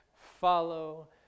follow